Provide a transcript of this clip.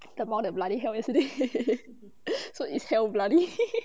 感冒 the bloody hell yesterday so is hell bloody